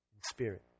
spirit